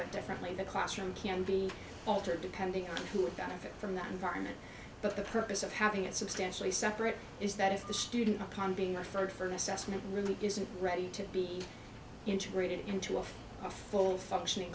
bit differently in the classroom can be altered depending on who would benefit from the environment but the purpose of having it substantially separate is that if the student khan being referred for an assessment really isn't ready to be integrated into a full functioning